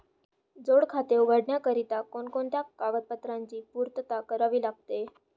जोड खाते उघडण्याकरिता कोणकोणत्या कागदपत्रांची पूर्तता करावी लागते?